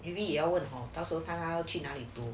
maybe 也要问到时候他要去哪里读